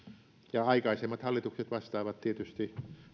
aikaisemmat hallitukset vastaavat tietysti